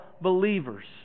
believers